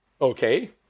Okay